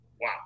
Wow